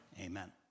amen